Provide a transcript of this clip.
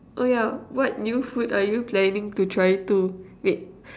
oh yeah what new food are you planning to try too wait